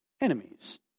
enemies